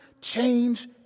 change